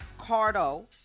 Cardo